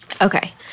Okay